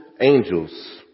angels